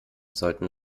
sollten